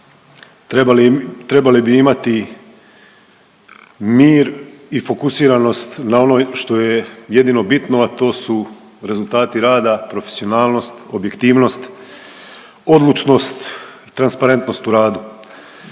trebali bi imati mir i fokusiranost na ono što je jedino bitno, a to su rezultati rada, profesionalnost, objektivnost, odlučnost i transparentnost u radu.